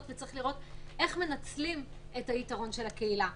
וצריך לראות איך מנצלים את היתרון של הקהילה.